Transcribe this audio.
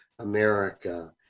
America